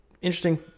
interesting